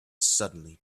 suddenly